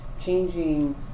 changing